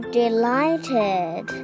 delighted